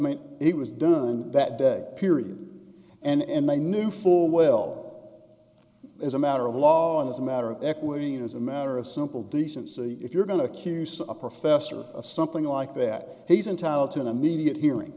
mean it was done that day period and they knew full well as a matter of law and as a matter of equity as a matter of simple decency if you're going to accuse a professor of something like that he's entitled to an immediate hearing